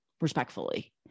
respectfully